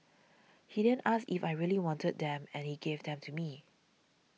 he then asked if I really wanted them and he gave them to me